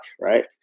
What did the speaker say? right